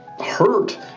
Hurt